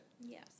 Yes